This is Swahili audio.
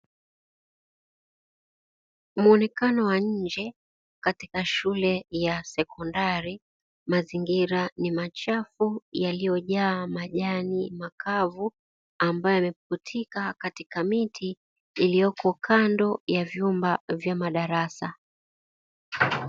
Muonekano wa nje katika shule ya sekondari, mazingira ni machafu yaliyojaa majani makavu, ambayo yamepukutika katika miti iliyoko kando ya vyumba vya madarasa.